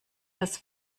das